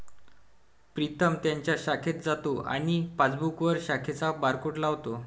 प्रीतम त्याच्या शाखेत जातो आणि पासबुकवर शाखेचा बारकोड लावतो